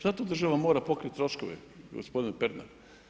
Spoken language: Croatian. Zato država mora pokriti troškove, gospodine Pernar.